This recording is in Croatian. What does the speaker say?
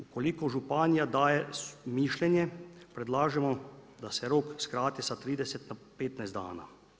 Ukoliko županija daje mišljenje predlažemo da se rok skrati sa 30 na 15 dana.